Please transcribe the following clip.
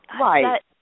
Right